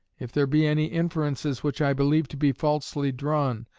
if there be any inferences which i believe to be falsely drawn,